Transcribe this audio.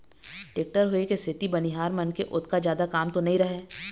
tractor होय के सेती बनिहार मन के ओतका जादा काम तो नइ रहय